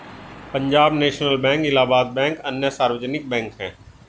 Punjab national bank Allahabad bank अन्य सार्वजनिक bank है